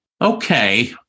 Okay